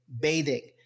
bathing